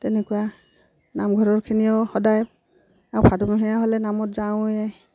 তেনেকুৱা নামঘৰৰখিনিও সদায় আৰু ভাদমহীয়া হ'লে নামত যাওঁৱে